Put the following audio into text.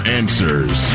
answers